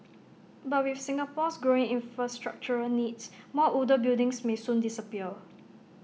but with Singapore's growing infrastructural needs more older buildings may soon disappear